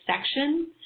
section